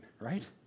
right